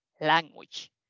language